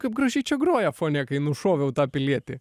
kaip gražiai čia groja fone kai nušoviau tą pilietį